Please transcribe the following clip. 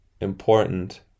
important